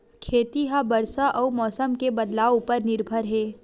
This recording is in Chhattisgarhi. खेती हा बरसा अउ मौसम के बदलाव उपर निर्भर हे